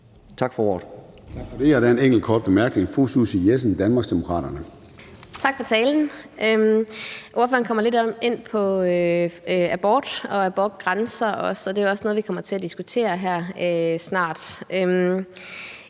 Tak for ordet.